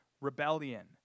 rebellion